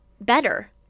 better